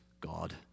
God